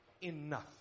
enough